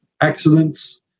accidents